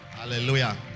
Hallelujah